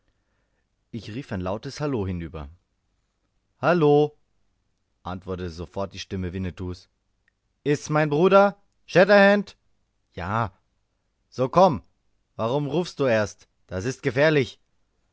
ich rief ein lautes hallo hinüber halloo antwortete sofort die stimme winnetous ist's mein bruder shatterhand ja so komm warum rufst du erst das ist gefährlich